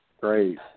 Great